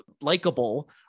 likable